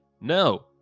No